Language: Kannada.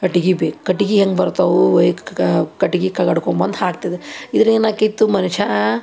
ಕಟ್ಟಿಗೆ ಬೇಕು ಕಟ್ಟಿಗೆ ಹೆಂಗೆ ಬರ್ತಾವು ಒಯ್ಕ್ ಕಟ್ಟಿಗೆ ಕ ಕಡ್ಕೊಂಡ್ಬಂದು ಹಾಕ್ತಿದ್ರು ಇದರ ಏನಾಕ್ಕಿತ್ತು ಮನುಷ್ಯ